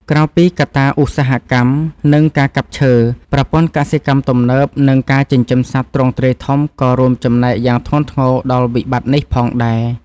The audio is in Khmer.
ក្រៅពីកត្តាឧស្សាហកម្ម និងការកាប់ឈើ ប្រព័ន្ធកសិកម្មទំនើប និងការចិញ្ចឹមសត្វទ្រង់ទ្រាយធំក៏រួមចំណែកយ៉ាងធ្ងន់ធ្ងរដល់វិបត្តិនេះផងដែរ។